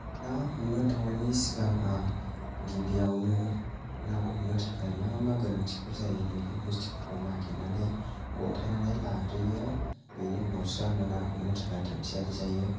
ना हमनो थांनायनि सिगां आं गिबियावनो ना हमनो थाखाय मा मा गोनांथिफोर जायो बेफोर बुस्थुफोरखौ नागिरनानै गथायनानै लाग्रोयो बेनि उनावसो आङो ना हमनो थाग थियारि जायो